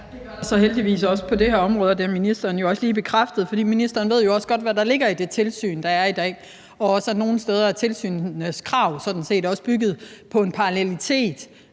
gør der så heldigvis også på det her område, og det har ministeren jo også lige bekræftet. Ministeren ved jo også godt, hvad der ligger i det tilsyn, der er i dag, og også, at nogle steder er tilsynenes krav sådan set også bygget på en parallelitet